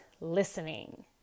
listening